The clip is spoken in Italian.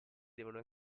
devono